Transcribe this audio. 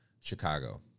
Chicago